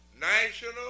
national